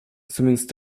zamiast